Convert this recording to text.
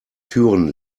türen